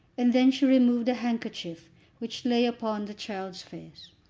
and then she removed a handkerchief which lay upon the child's face.